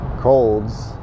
colds